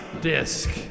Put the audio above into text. disc